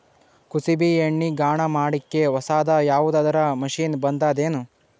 ಕುಸುಬಿ ಎಣ್ಣೆ ಗಾಣಾ ಮಾಡಕ್ಕೆ ಹೊಸಾದ ಯಾವುದರ ಮಷಿನ್ ಬಂದದೆನು?